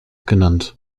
genannt